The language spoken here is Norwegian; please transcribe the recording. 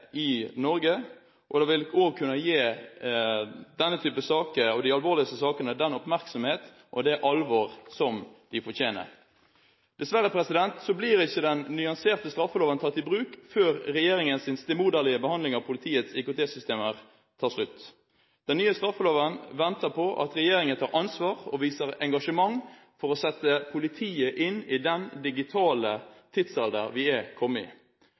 i Norge, og det vil også kunne gi denne type saker og de alvorligste sakene den oppmerksomhet og det alvor de fortjener. Dessverre blir ikke den nyanserte straffeloven tatt i bruk før regjeringens stemoderlige behandling av politiets IKT-systemer tar slutt. Den nye straffeloven venter på at regjeringen tar ansvar og viser engasjement for å sette politiet inn i den digitale tidsalderen vi er kommet i.